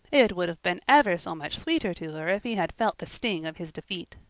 it would have been ever so much sweeter to her if he had felt the sting of his defeat.